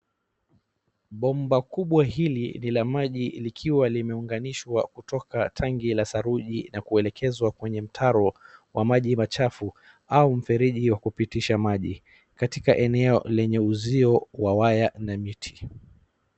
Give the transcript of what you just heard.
Bomba kubwa hili la maji likiwa limeunganishwa kutoka tangi la saruji na kuelekezwa kwenye mtaro wa maji machafu au mfereji wa kupitisha maji katika eneo lenye uzio wa waya na miti.